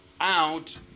out